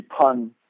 pun